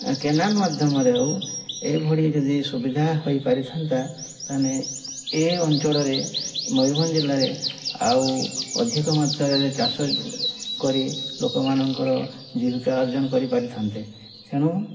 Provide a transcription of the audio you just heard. canal ମାଧ୍ୟମରେ ହଉ ଏଇଭଳି ଯଦି ସୁବିଧା ହୋଇ ପାରିଥାନ୍ତା ତାହେଲେ ଏ ଅଞ୍ଚଳରେ ମୟୂରଭଞ୍ଜ ଜିଲ୍ଲାରେ ଆଉ ଅଧିକ ମାତ୍ରାରେ ଚାଷ କରି ଲୋକମାନଙ୍କର ଜୀବିକା ଅର୍ଜନ କରିପାରିଥାନ୍ତେ ତେଣୁ